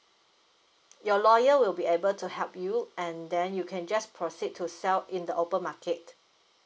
your lawyer will be able to help you and then you can just proceed to sell in the open market